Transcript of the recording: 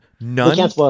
none